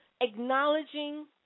Acknowledging